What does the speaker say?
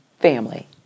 Family